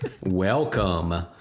Welcome